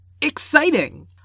Exciting